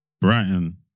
Brighton